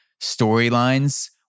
storylines